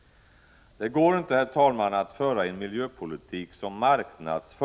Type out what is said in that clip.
Det går inte, herr talman, att föra en miljöpolitik som marknadsförs som = Prot.